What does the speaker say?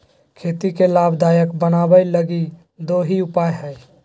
खेती के लाभदायक बनाबैय लगी दो ही उपाय हइ